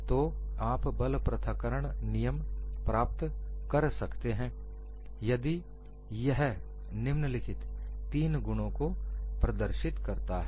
तो आप बल पृथक्करण नियम प्राप्त कर सकते हैं यदि यह निम्नलिखित तीन गुणों को प्रदर्शित करता है